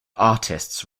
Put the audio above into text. artists